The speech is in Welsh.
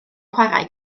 chwarae